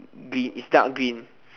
gr~ it's dark green